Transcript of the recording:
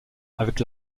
avec